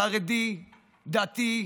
חרדי, דתי,